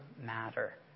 matter